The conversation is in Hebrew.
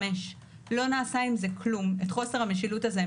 55. ועומדת ניידת משטרה.